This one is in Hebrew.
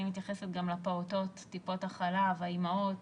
אני מתייחסת גם לפעוטות, טיפות החלב, האימהות